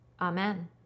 Amen